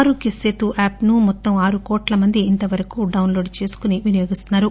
ఆరోగ్య సేతు యాప్ ను మొత్తం ఆరు కోట్ల మంది డౌస్ లోడ్ చేసుకొని వినియోగిస్తున్నారు